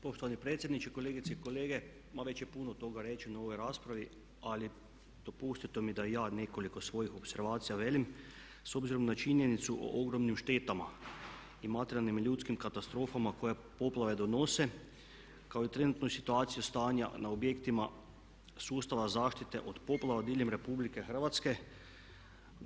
Poštovani predsjedniče, kolegice i kolege pa već je puno toga rečeno u ovoj raspravi ali dopustite mi da i ja nekoliko svojih opservacija velim s obzirom na činjenicu o ogromnim štetama i materijalnim i ljudskim katastrofama koje poplave donose kao i trenutno situaciju stanja na objektima sustava zaštite od poplava diljem Republike Hrvatske.